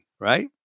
right